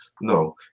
No